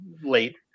late